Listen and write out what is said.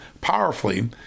powerfully